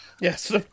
Yes